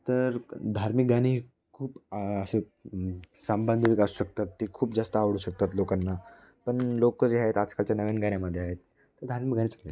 तर धार्मिक गाणी खूप असे सांबंधिक आ असू शकतात ते खूप जास्त आवडू शकतात लोकांनापण लोकं जे आहेत आजकालच्या नवीन गाण्यामध्ये आहेत तर धार्मिक गाणे चांगले